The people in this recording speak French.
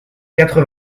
quatre